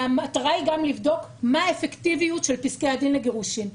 והמטרה היא גם לבדוק מה האפקטיביות של פסקי הדין לגירושין.